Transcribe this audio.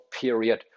period